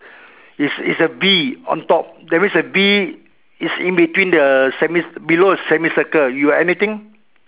is is a B on top that mean is a B in between the semi~ below the semicircle you got anything